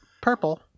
purple